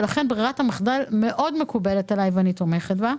לכן ברירת המחדל מקובלת עליי מאוד ואני תומכת בה.